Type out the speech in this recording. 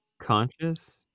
Conscious